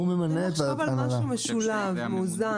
זה הממונה.